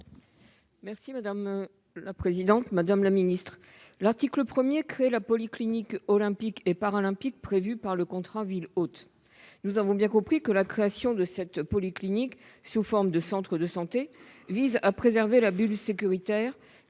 Madame la présidente, madame la ministre, mes chers collègues, l'article 1 crée la polyclinique olympique et paralympique prévue par le contrat de ville hôte. Nous avons bien compris que la création de cette polyclinique, sous forme de centre de santé, vise à préserver la bulle sécuritaire